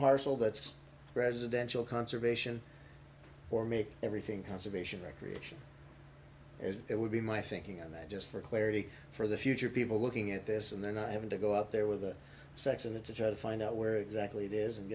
parcel that's presidential conservation or make everything conservation recreation as that would be my thinking on that just for clarity for the future people looking at this and they're not having to go up there with the sex and to try to find out where exactly it is and